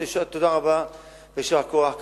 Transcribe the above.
תודה רבה ויישר כוח,